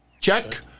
check